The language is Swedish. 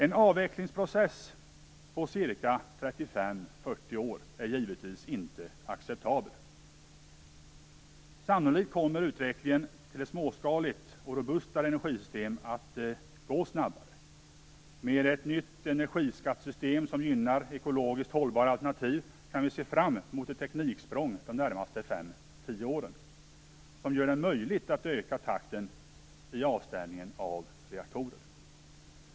En avvecklingsprocess på 35-40 år är givetvis inte acceptabel. Sannolikt kommer utvecklingen till ett småskaligt och robustare energisystem att gå snabbare. Med ett nytt energiskattessystem som gynnar ekologiskt hållbara alternativ kan vi se fram mot ett tekniksprång de närmaste 5-10 åren, som gör det möjligt att öka takten i avställningen av reaktorer.